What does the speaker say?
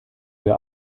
wir